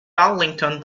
darlington